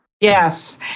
Yes